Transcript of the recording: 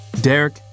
Derek